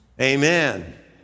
Amen